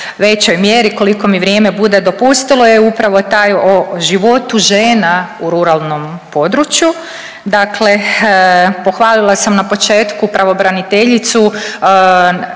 većoj mjeri koliko mi vrijeme bude dopustilo, je upravo taj o životu žena u ruralnom području. Dakle, pohvalila sam na početku pravobraniteljicu,